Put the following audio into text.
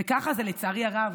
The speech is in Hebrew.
וככה זה, לצערי הרב.